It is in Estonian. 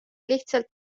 lihtsalt